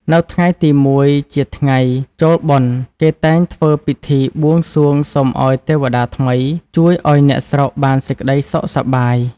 នៅថ្ងៃទី ១ ជាថ្ងៃចូលបុណ្យ គេតែងធ្វើពិធីបួងសួងសូមឱ្យទេវតាថ្មីជួយឱ្យអ្នកស្រុកបានសេចក្តីសុខ សប្បាយ ។